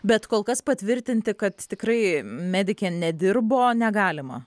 bet kol kas patvirtinti kad tikrai medikė nedirbo negalima